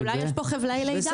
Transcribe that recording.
אז אולי יש פה חבלי לידה.